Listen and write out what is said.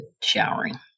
showering